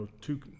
two